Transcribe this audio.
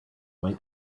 might